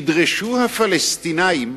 ידרשו הפלסטינים